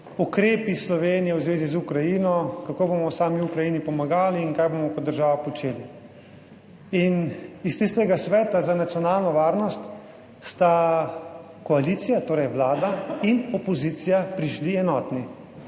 ukrepi Slovenije v zvezi z Ukrajino, kako bomo sami Ukrajini pomagali in kaj bomo kot država počeli. In iz tistega Sveta za nacionalno varnost sta koalicija, torej Vlada in opozicija prišli enotni.